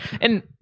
And-